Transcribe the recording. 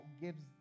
gives